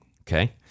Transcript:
Okay